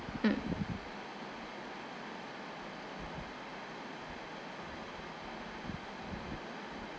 mm